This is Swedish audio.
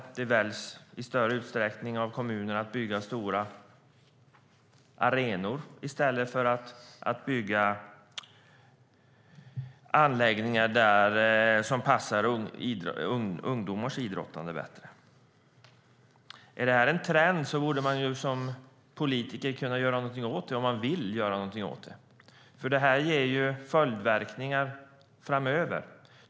Kommunerna väljer i större utsträckning att bygga stora arenor i stället för anläggningar som passar ungdomars idrottande bättre. Om detta är en trend borde politiker kunna göra något åt det, om man vill göra något åt det. Det ger nämligen följdverkningar framöver.